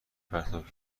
پرتاب